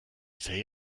say